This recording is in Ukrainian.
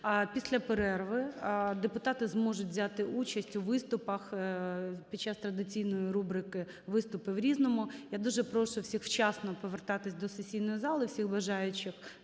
після перерви депутати зможуть взяти участь у виступах під час традиційної рубрики виступів у "Різному". Я дуже прошу всіх вчасно повертатися до сесійної зали, всім бажаючим